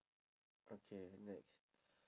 okay next